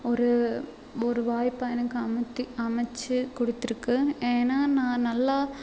ஒரு ஒரு வாய்ப்பை எனக்கு அமத்தி அமைச்சி கொடுத்துருக்கு ஏன்னா நான் நல்லா